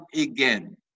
again